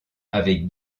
avec